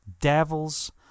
devils